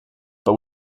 but